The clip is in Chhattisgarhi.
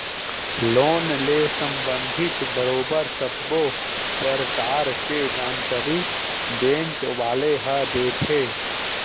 लोन ले संबंधित बरोबर सब्बो परकार के जानकारी बेंक वाले ह देथे